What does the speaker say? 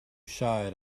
shy